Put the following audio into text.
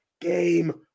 game